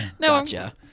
Gotcha